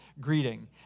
greeting